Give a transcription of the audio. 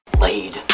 Laid